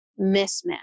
mismatch